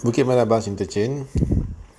bukit merah bus interchange